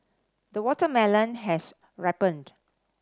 the watermelon has ripened